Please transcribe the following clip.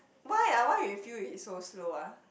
why ah why you feel is slow ah